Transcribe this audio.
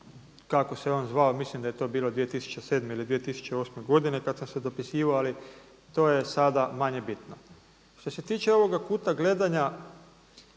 kako se on zvao, mislim da je to bilo 2007. ili 2008. godine kada sam se dopisivao, ali to je sada manje bitno. Što se tiče ovoga kuta gledanja, istina je